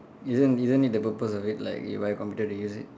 isn't isn't it the purpose of it like you buy computer to use it